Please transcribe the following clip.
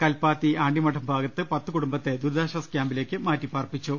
കൽപ്പാത്തി ആണ്ടിമഠം ഭാഗത്ത് പത്ത് കുടുംബത്തെ ദുരിതാശ്വാസ ക്യാമ്പി ലേക്ക് മാറ്റിപാർപ്പിച്ചു